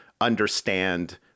understand